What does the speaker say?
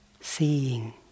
seeing